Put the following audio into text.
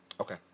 Okay